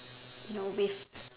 you know with